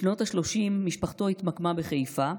בשנות השלושים משפחתו התמקמה בחיפה.